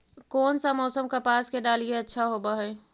कोन सा मोसम कपास के डालीय अच्छा होबहय?